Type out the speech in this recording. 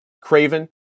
Craven